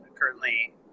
currently